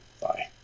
Bye